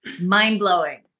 Mind-blowing